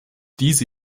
diese